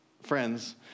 friends